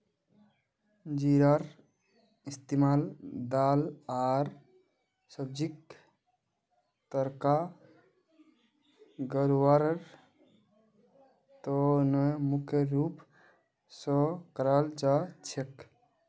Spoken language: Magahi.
जीरार इस्तमाल दाल आर सब्जीक तड़का लगव्वार त न मुख्य रूप स कराल जा छेक